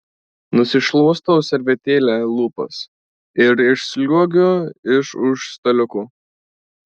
nusišluostau servetėle lūpas ir išsliuogiu iš už staliuko